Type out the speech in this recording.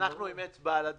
אנחנו עם אצבע על הדופק.